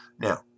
Now